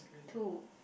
two